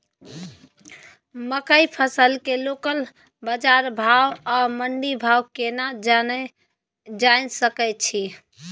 मकई फसल के लोकल बाजार भाव आ मंडी भाव केना जानय सकै छी?